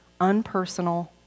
unpersonal